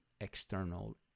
external